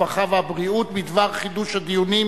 הרווחה והבריאות בדבר חידוש הדיונים